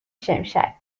شمشک